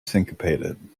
syncopated